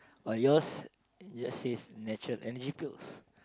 but yours your says natural Energy Pills